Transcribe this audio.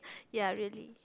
ya really